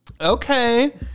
Okay